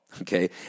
okay